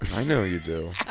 i know you do.